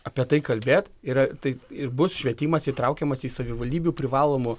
apie tai kalbėt yra tai ir bus švietimas įtraukiamas į savivaldybių privalomų